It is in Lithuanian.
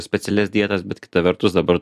specialias dietas bet kita vertus dabar